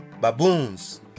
baboons